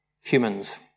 humans